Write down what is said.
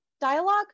Dialogue